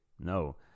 no